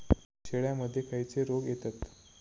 शेळ्यामध्ये खैचे रोग येतत?